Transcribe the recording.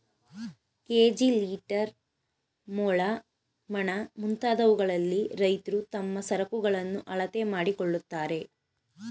KG, litre, ಮೊಳ, ಮಣ, ಮುಂತಾದವುಗಳಲ್ಲಿ ರೈತ್ರು ತಮ್ಮ ಸರಕುಗಳನ್ನು ಅಳತೆ ಮಾಡಿಕೊಳ್ಳುತ್ತಾರೆ